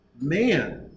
man